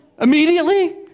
immediately